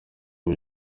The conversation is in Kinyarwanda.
ubu